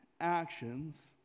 actions